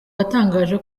yatangaje